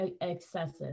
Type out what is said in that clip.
excessive